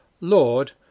Lord